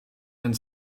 and